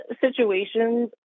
situations